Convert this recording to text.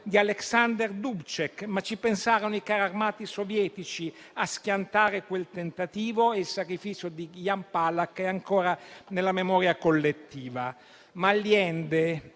di Alexander Dubcek, ma ci pensarono i carri armati sovietici a schiantare quel tentativo e il sacrificio di Jan Palach è ancora nella memoria collettiva.